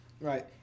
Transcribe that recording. Right